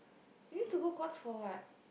you need to go Courts for what